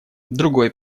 другой